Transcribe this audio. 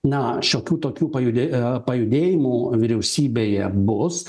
na šiokių tokių pajude pajudėjimų vyriausybėje bus